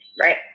right